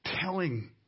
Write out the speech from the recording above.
telling